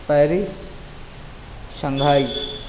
Paris Shanghai